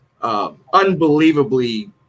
unbelievably